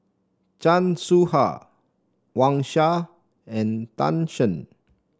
Chan Soh Ha Wang Sha and Tan Shen